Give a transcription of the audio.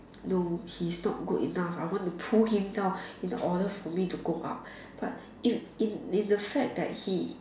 no he's not good enough I want to pull him down in order for me to go up but in in the fact that he